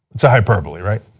it's a hyperbole right?